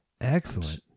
Excellent